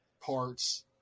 parts